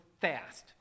fast